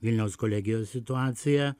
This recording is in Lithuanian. vilniaus kolegijos situacija